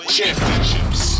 Championships